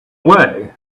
away